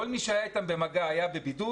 כל מי שהיה איתם במגע היה בבידוד.